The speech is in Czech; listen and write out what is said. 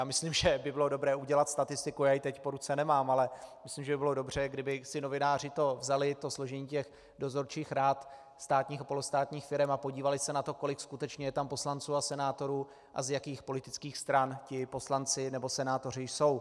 Myslím, že by bylo dobré udělat statistiku, a já ji teď po ruce nemám, ale myslím, že by bylo dobře, kdyby si novináři vzali složení dozorčích rad státních a polostátních firem a podívali se na to, kolik skutečně je tam poslanců a senátorů a z jakých politických stran ti poslanci nebo senátoři jsou.